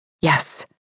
Yes